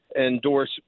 endorse